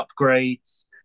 upgrades